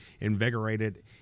invigorated